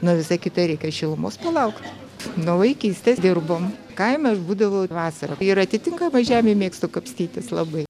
nu o visa kita reikia šilumos palaukt nuo vaikystės dirbom kaime aš būdavau vasarą ir atitinkamai žemėj mėgstu kapstytis labai